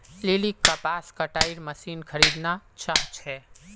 लिलीक कपास कटाईर मशीन खरीदना चाहा छे